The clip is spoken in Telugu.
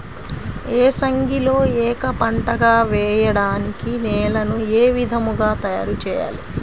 ఏసంగిలో ఏక పంటగ వెయడానికి నేలను ఏ విధముగా తయారుచేయాలి?